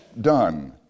done